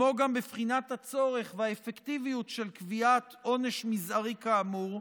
כמו גם לבחינת הצורך והאפקטיביות של קביעת עונש מזערי כאמור,